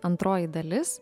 antroji dalis